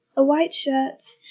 a white shirt,